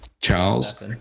Charles